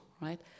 right